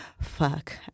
fuck